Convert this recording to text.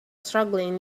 struggling